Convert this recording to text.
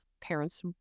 parents